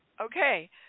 Okay